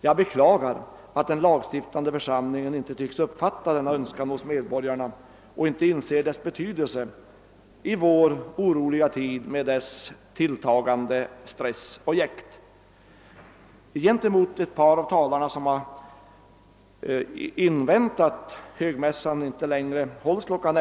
Jag beklagar att den lagstiftande församlingen inte tycks uppfatta denna önskan hos medborgarna och inte inser dess betydelse i vår oroliga tid med dess tilltagande stress och jäkt. Gentemot ett par av talarna, som har invänt att högmässan inte längre alltid hålls kl.